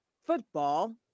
football